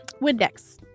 Windex